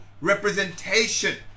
representation